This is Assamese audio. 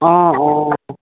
অঁ অঁ